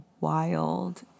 wild